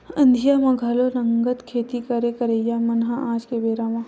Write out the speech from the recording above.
अंधिया म घलो नंगत खेती करथे करइया मन ह आज के बेरा म